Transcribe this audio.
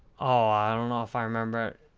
ah know if i remember.